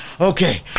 Okay